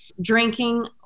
Drinking